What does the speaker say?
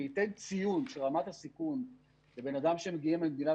וייתן ציון שרמת הסיכון לבן אדם שמגיע ממדינה